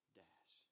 dash